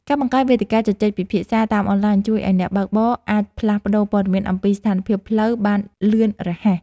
ការបង្កើតវេទិកាជជែកពិភាក្សាតាមអនឡាញជួយឱ្យអ្នកបើកបរអាចផ្លាស់ប្តូរព័ត៌មានអំពីស្ថានភាពផ្លូវបានលឿនរហ័ស។